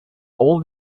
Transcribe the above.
all